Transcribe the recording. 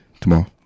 Tomorrow